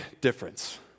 difference